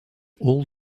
all